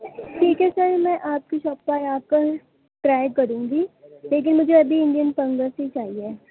ٹھیک ہے سر میں آپ کی شاپ پرآ کر ٹرائی کروں گی لیکن مجھے ابھی انڈین فنگس ہی چاہیے